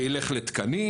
זה ילך לתקנים,